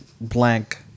blank